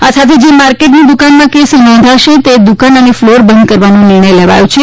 આ સાથે જે માર્કેટની દુકાનમાં કેસ નોંધાશે તે દુકાન અને ફ્લોર બંધ કરવામાં આવવાનો નિર્ણય લેવાયો છે